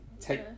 take